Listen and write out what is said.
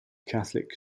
catholic